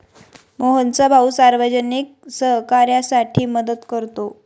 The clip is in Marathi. मोहनचा भाऊ सार्वजनिक सहकार्यासाठी मदत करतो